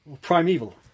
Primeval